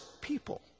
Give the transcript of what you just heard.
people